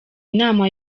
inama